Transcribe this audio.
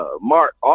Mark